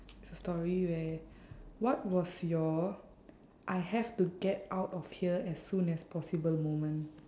it's a story where what was your I have to get out of here as soon as possible moment